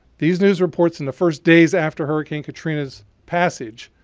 these news reports in the first days after hurricane katrina's passage